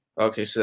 okay, so